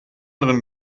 anderen